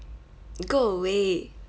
go away